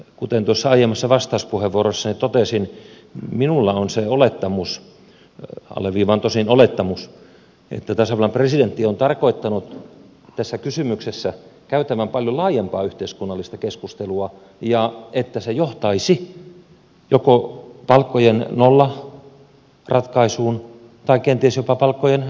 kuten tuossa aiemmassa vastauspuheenvuorossani totesin minulla on se olettamus alleviivaan tosin olettamus että tasavallan presidentti on tarkoittanut tässä kysymyksessä käytävän paljon laajempaa yhteiskunnallista keskustelua ja että se johtaisi joko palkkojen nollaratkaisuun tai kenties jopa palkkojen alennukseen